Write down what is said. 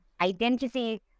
identity